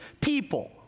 people